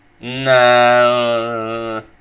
No